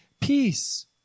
peace